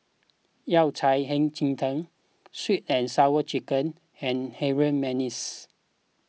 Yao Cai Hei Ji Tang Sweet and Sour Chicken and Harum Manis